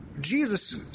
Jesus